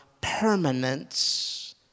permanence